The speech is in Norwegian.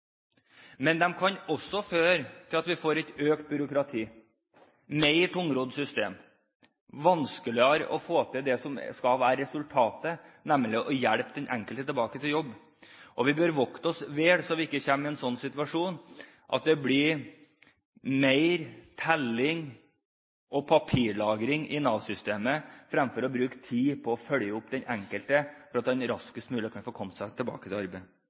kan de også føre til at vi får et økt byråkrati, et mer tungrodd system, at det blir vanskeligere å få til det som skal være resultatet, nemlig å hjelpe den enkelte tilbake til jobb. Vi bør vokte oss vel så vi ikke kommer i en slik situasjon at det blir mer telling og papirlagring i Nav-systemet, fremfor at man bruker tid på å følge opp den enkelte, slik at de raskest mulig kan komme seg tilbake